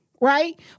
Right